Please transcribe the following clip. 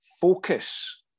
focus